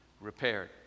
repaired